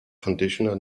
conditioner